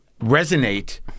resonate